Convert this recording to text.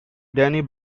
danny